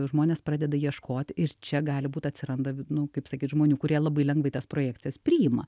žmonės pradeda ieškot ir čia gali būt atsiranda nu kaip sakyt žmonių kurie labai lengvai tas projekcijas priima